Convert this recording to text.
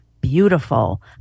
beautiful